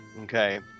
okay